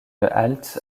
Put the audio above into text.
halte